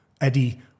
Eddie